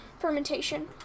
Fermentation